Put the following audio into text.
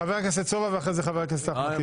חבר הכנסת סובה ואחר כך חבר הכנסת אחמד טיבי.